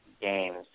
games